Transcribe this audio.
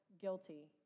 guilty